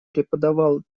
преподавал